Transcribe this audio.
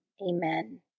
Amen